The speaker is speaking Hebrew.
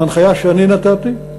ההנחיה שאני נתתי היא